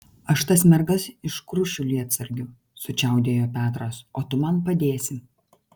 aš tas mergas iškrušiu lietsargiu sučiaudėjo petras o tu man padėsi